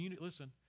Listen